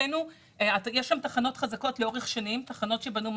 מבחינתנו יש שם תחנות חזקות לאורך שנים שבנו מוניטין.